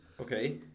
Okay